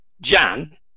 Jan